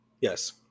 yes